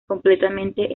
completamente